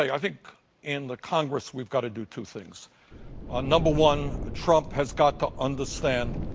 i think in the congress we've got to do two things ah number one, trump has got to understand